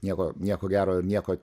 nieko nieko gero ir nieko